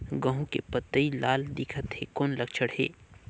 गहूं के पतई लाल दिखत हे कौन लक्षण हे?